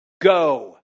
go